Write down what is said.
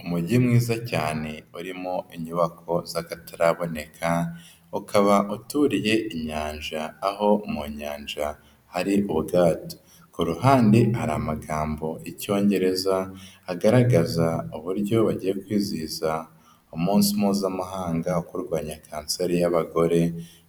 Umujyi mwiza cyane urimo inyubako z'akataraboneka, ukaba uturiye inyanja aho mu nyanja hari ubwato. Ku ruhande hari amagambo y'Icyongereza agaragaza uburyo bagiye kwizihiza umunsi Mpuzamahanga wo kurwanya kanseri y'abagore